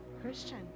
christian